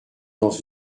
dans